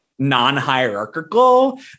non-hierarchical